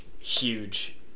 huge